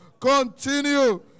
continue